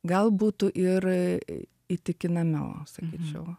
gal būtų ir įtikinamiau sakyčiau